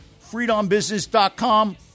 freedombusiness.com